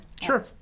Sure